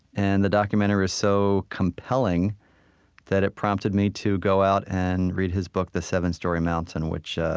and the documentary was so compelling that it prompted me to go out and read his book, the seven storey mountain, which,